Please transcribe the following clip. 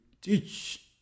teach